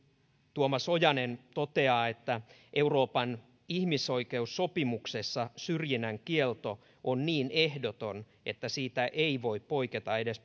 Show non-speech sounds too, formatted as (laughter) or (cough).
tuomas ojanen toteaa että euroopan ihmisoikeussopimuksessa syrjinnän kielto on niin ehdoton että siitä ei voi poiketa edes (unintelligible)